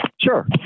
Sure